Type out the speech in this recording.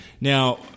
Now